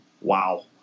wow